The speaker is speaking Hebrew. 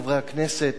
משפחת זאבי,